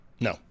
No